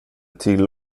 till